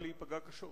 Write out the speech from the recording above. ולהיפגע קשות.